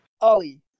Ollie